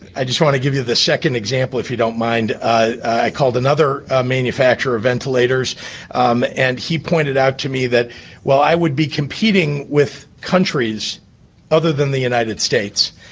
i just want to give you the second example, if you don't mind. i called another ah manufacturer of ventilators um and he pointed out to me that while i would be competing with countries other than the united states,